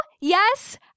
Yes